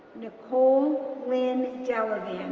nicole lynn delevan,